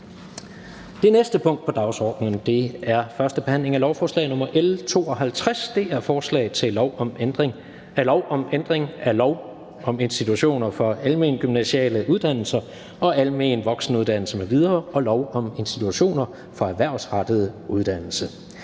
Det næste punkt på dagsordenen er: 9) 1. behandling af lovforslag nr. L 52: Forslag til lov om ændring af lov om ændring af lov om institutioner for almengymnasiale uddannelser og almen voksenuddannelse m.v. og lov om institutioner for erhvervsrettet uddannelse.